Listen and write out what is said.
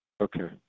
Okay